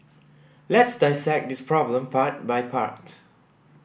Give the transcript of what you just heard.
let's dissect this problem part by part